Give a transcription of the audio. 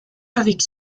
avec